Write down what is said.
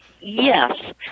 Yes